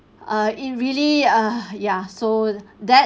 err it really ah ya so that